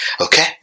okay